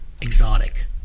exotic